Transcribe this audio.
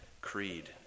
creed